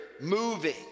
moving